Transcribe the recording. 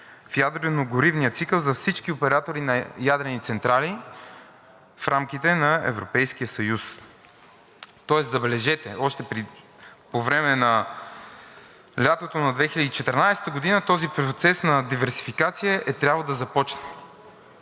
в ядрено-горивния цикъл за всички оператори на ядрени централи в рамките на Европейския съюз. Тоест, забележете, още по време на лятото на 2014 г. този процес на диверсификация е трябвало да започне.